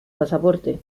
pasaporte